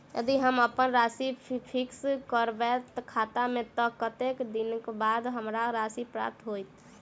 यदि हम अप्पन राशि फिक्स करबै खाता मे तऽ कत्तेक दिनक बाद हमरा राशि प्राप्त होइत?